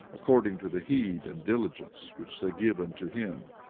according to the heed and diligence which they give unto him.